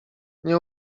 nie